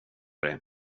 dig